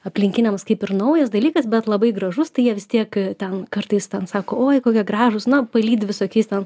aplinkiniams kaip ir naujas dalykas bet labai gražus tai jie vis tiek ten kartais ten sako oi kokie gražūs na palydi visokiais ten